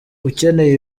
ukeneye